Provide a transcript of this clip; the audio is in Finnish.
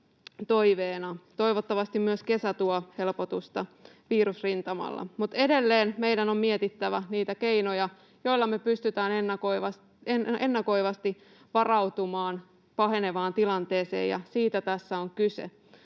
Toivottavasti myös kesä tuo helpotusta virusrintamalla. Mutta edelleen meidän on mietittävä niitä keinoja, joilla me pystytään ennakoivasti varautumaan pahenevaan tilanteeseen, ja siitä tässä on kyse.